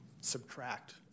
subtract